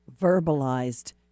verbalized